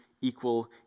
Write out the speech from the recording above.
equal